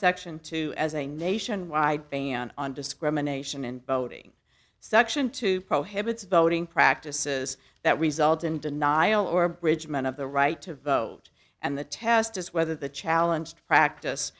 section two as a nationwide ban on discrimination in voting section two prohibits voting practices that result in denial or abridgment of the right to vote and the test is whether the challenge to practice